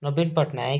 ନବୀନ ପଟ୍ଟନାୟକ